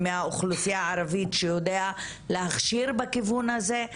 מהאוכלוסייה הערבית שיודע להכשיר בכיוון הזה.